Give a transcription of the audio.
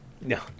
No